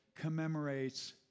commemorates